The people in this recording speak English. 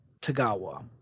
Tagawa